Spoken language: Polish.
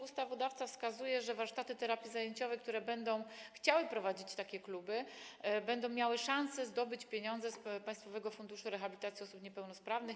Ustawodawca wskazuje, że warsztaty terapii zajęciowej, które będą chciały prowadzić takie kluby, będą miały szansę zdobyć pieniądze z Państwowego Funduszu Rehabilitacji Osób Niepełnosprawnych.